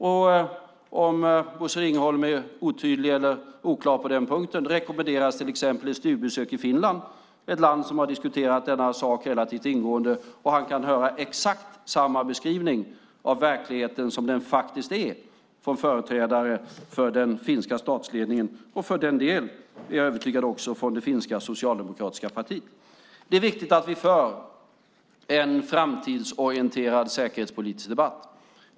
Om Bosse Ringholm är oklar på den punkten rekommenderas till exempel ett studiebesök i Finland, ett land som har diskuterat denna sak relativt ingående, och han kan höra exakt samma beskrivning av verkligheten, som den faktiskt är, från företrädare för den finska statsledningen och för den delen, är jag övertygad om, för det finska socialdemokratiska partiet. Det är viktigt att vi för en framtidsorienterad säkerhetspolitisk debatt.